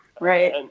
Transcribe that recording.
Right